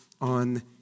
on